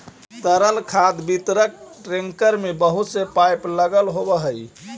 तरल खाद वितरक टेंकर में बहुत से पाइप लगल होवऽ हई